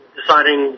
deciding